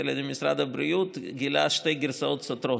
על ידי משרד הבריאות גילה שתי גרסאות סותרות,